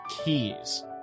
keys